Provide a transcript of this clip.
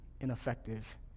ineffective